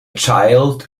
child